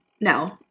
no